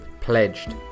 pledged